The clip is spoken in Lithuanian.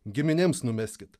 giminėms numeskit